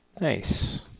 nice